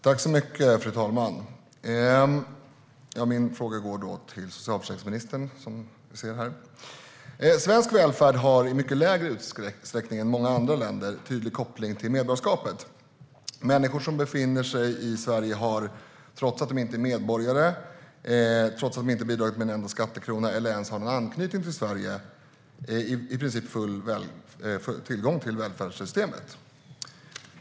Fru talman! Min fråga går till socialförsäkringsministern. Svensk välfärd har i mycket mindre utsträckning än i många andra länder en tydlig koppling till medborgarskapet. Människor som befinner sig i Sverige har trots att de inte är medborgare och trots att de inte har bidragit med en enda skattekrona eller ens har någon anknytning till Sverige i princip full tillgång till välfärdssystemet.